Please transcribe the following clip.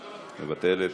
מוותרת,